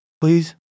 Please